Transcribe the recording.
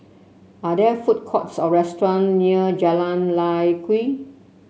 are there food courts or restaurants near Jalan Lye Kwee